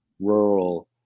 rural